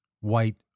White